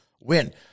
win